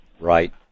Right